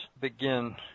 begin